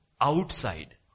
outside